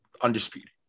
undisputed